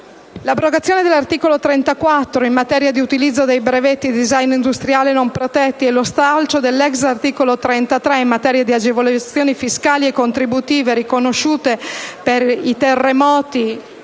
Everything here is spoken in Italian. L'abrogazione dell'articolo 34, in materia di utilizzo dei brevetti di *design* industriale non protetti, e lo stralcio dell'*ex* articolo 33, in materia di agevolazioni fiscali e contributive riconosciute per i terremoti